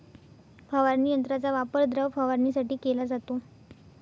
फवारणी यंत्राचा वापर द्रव फवारणीसाठी केला जातो